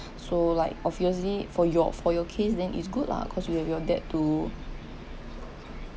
so like obviously for your for your case then is good lah cause you have your dad to